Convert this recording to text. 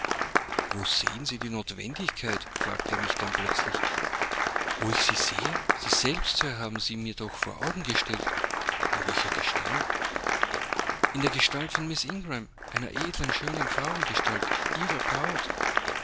wo sehen sie die notwendigkeit fragte er mich dann plötzlich wo ich sie sehe sie selbst sir haben sie mir doch vor augen gestellt in welcher gestalt in der gestalt von miß ingram einer edlen schönen frauengestalt ihrer braut